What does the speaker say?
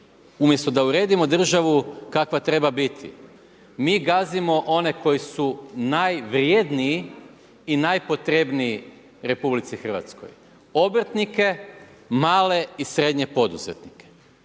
umjesto da uredimo državu kakva treba biti, mi gazimo one koji su najvrjedniji i najpotrebniji RH, obrtnike, male i srednje poduzetnike.